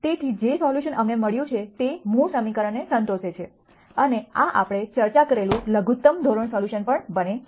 તેથી જે સોલ્યુશન અમને મળ્યું છે તે મૂળ સમીકરણને સંતોષે છે અને આ આપણે ચર્ચા કરેલું લઘુત્તમ ધોરણ સોલ્યુશન પણ બને છે